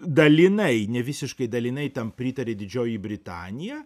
dalinai nevisiškai dalinai tam pritarė didžioji britanija